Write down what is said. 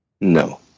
No